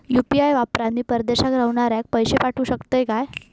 UPI वापरान मी परदेशाक रव्हनाऱ्याक पैशे पाठवु शकतय काय?